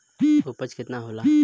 उपज केतना होला?